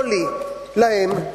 לא לי, להם.